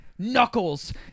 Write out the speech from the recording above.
Knuckles